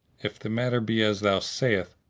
if the matter be as thou sayest,